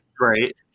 right